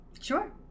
Sure